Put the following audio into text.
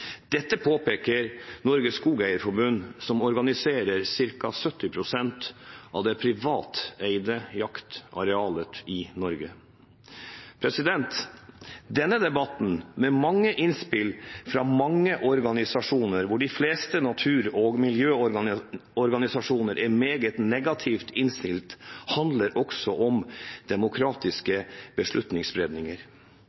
Dette påpeker Norges Skogeierforbund, som organiserer cirka 70 pst. av det privateide jaktarealet i Norge. Denne debatten, med mange innspill fra mange organisasjoner, hvorav de fleste natur- og miljøorganisasjoner er meget negativt innstilt, handler også om demokratiske